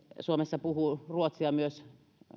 suomessa puhuvat ruotsia myös